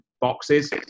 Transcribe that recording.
boxes